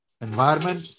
environment